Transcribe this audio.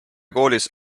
koolis